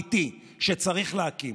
שעה,